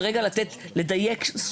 ולדייק.